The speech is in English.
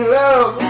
love